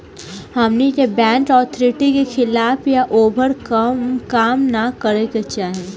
हमनी के bank authority के खिलाफ या ओभर काम न करे के चाही